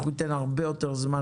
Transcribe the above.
אנחנו ניתן הרבה יותר זמן,